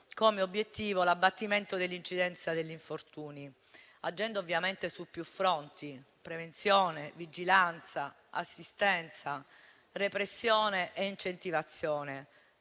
come obiettivo l'abbattimento dell'incidenza degli infortuni, agendo su più fronti (prevenzione, vigilanza, assistenza, repressione e incentivazione),